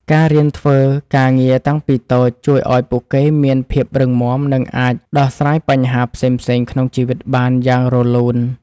ការរៀនធ្វើការងារតាំងពីក្មេងជួយឱ្យពួកគេមានភាពរឹងមាំនិងអាចដោះស្រាយបញ្ហាផ្សេងៗក្នុងជីវិតបានយ៉ាងរលូន។